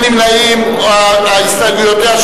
ההסתייגויות של